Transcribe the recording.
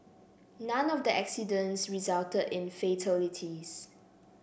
none of the accidents resulted in fatalities